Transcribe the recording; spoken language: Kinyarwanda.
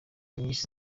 nyinshi